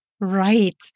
right